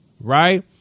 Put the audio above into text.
right